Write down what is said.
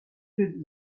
viel